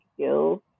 skills